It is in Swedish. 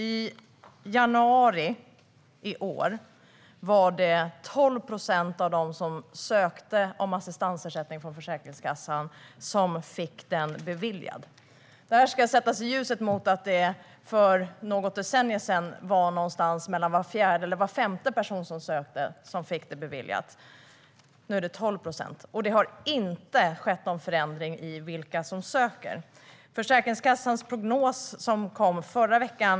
I januari i år fick 12 procent av dem som sökte assistansersättning från Försäkringskassan den beviljad. Det här ska sättas i ljuset av att för något decennium sedan fick var fjärde till var femte person som sökte ersättning den beviljad. Nu är det 12 procent. Och det har inte skett någon förändring i fråga om vilka som söker. Försäkringskassans prognos kom förra veckan.